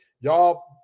y'all